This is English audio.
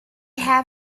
had